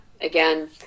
again